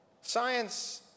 science